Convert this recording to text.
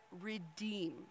redeem